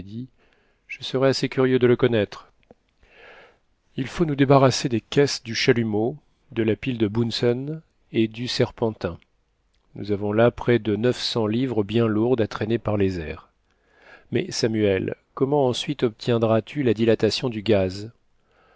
je serais assez curieux de le connaître il faut nous débarrasser des caisses du chalumeau de la pile de bunzen et du serpentin nous avons là près de neuf cents livres bien lourdes à traîner par les airs mais samuel comment ensuite obtiendras tu la dilatation du gaz